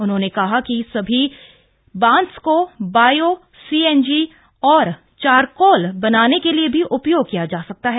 उन्होंने कहा कि बांस को बायो सीएनजी और चारकॉल बनाने के लिए भी उपयोग किया जा सकता है